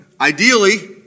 ideally